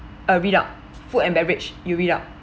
uh read out food and beverage you read out